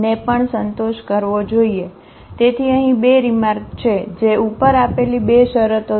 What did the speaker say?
તેથી અહીં 2 રીમાર્ક છે જે ઉપર આપેલી 2 શરતો છે